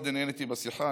מאוד נהניתי בשיחה,